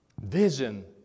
vision